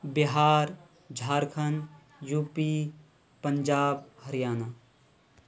Bihar Jharkhand U P Punjab Haryana